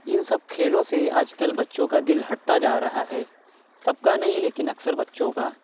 اِن سب کھیلوں سے آج کل بچوں کا دِل ہٹتا جا رہا ہے سب کا نہیں لیکن اکثر بچوں کا